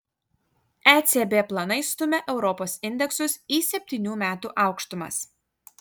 ecb planai stumia europos indeksus į septynių metų aukštumas